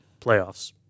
playoffs